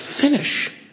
finish